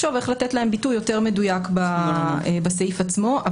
צריך לחשוב איך לתת להם ביטוי יותר מדויק בסעיף עצמו,